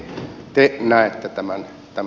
miten te näette tämän asian